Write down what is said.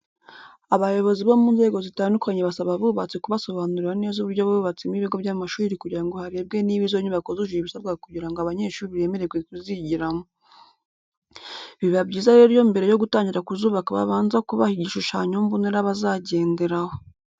Abayobozi mu nzego zitandukanye basaba abubatsi kubasobanurira neza uburyo bubatsemo ibigo by'amashuri kugira ngo harebwe niba izo nyubako zujuje ibisabwa kugira ngo abanyeshuri bemererwe kuzigiramo. Biba byiza rero iyo mbere yo gutangira kuzubaka babanza kubaha igishushanyo mbonera bazagenderaho.